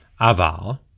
aval